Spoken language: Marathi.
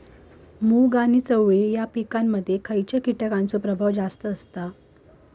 मूग आणि चवळी या पिकांमध्ये खैयच्या कीटकांचो प्रभाव जास्त असता?